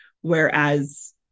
Whereas